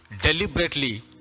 deliberately